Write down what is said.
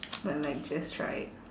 but like just try it